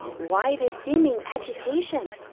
why this seeming agitation?